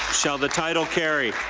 shall the title carry?